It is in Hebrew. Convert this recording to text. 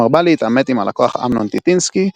מרבה להתעמת עם הלקוח אמנון טיטינסקי,